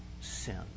sin